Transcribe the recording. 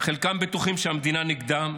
חלקם בטוחים שהמדינה נגדם.